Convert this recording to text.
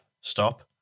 Stop